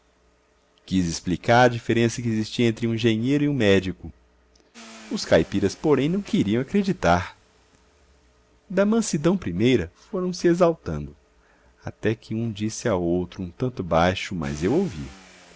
quis explicar a diferença que existia entre um engenheiro e um médico os caipiras porém não queriam acreditar da mansidão primeira foram se exaltando até que um disse a outro um tanto baixo mas eu ouvi